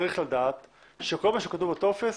צריך לדעת שכל מה שכתוב בטופס,